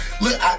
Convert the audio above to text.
Look